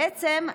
בעצם,